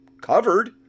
covered